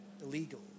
illegal